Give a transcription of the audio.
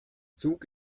zug